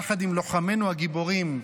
יחד עם לוחמינו הגיבורים,